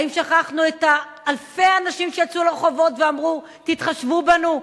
האם שכחנו את אלפי האנשים שיצאו לרחובות ואמרו: תתחשבו בנו?